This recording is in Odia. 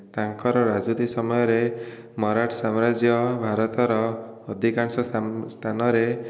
ତାଙ୍କର ରାଜୁତି ସମୟରେ ମରାଠ ସାମ୍ରାଜ୍ୟ ଭାରତର ଅଧିକାଂଶ ସ୍ଥାନରେ